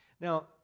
Now